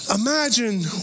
Imagine